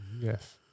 Yes